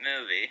movie